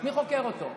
מי חוקר אותו?